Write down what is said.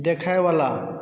देखयवला